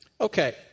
Okay